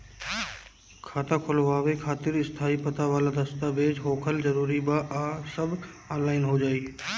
खाता खोलवावे खातिर स्थायी पता वाला दस्तावेज़ होखल जरूरी बा आ सब ऑनलाइन हो जाई?